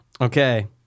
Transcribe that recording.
Okay